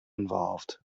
involved